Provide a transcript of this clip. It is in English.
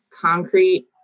concrete